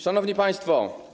Szanowni Państwo!